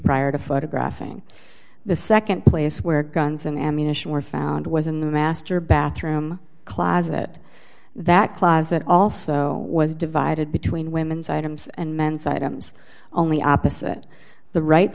prior to photographing the nd place where guns and ammunition were found was in the master bathroom closet that closet also was divided between women's items and men's items only opposite the right